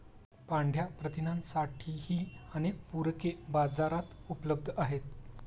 पांढया प्रथिनांसाठीही अनेक पूरके बाजारात उपलब्ध आहेत